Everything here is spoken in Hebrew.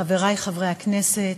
חברי חברי הכנסת,